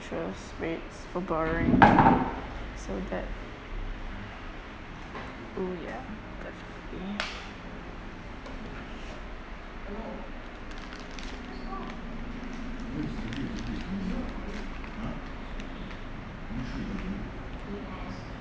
interest rates for borrowing so that oo ya definitely